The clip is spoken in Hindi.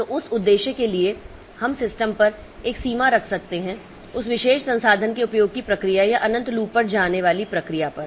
तो उस उद्देश्य के लिए हम सिस्टम पर एक सीमा रख सकते हैं उस विशेष संसाधन के उपयोग की प्रक्रिया या अनंत लूप पर जाने वाली प्रक्रिया पर